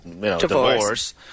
divorce